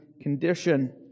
condition